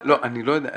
אמרתי,